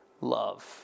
love